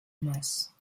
masse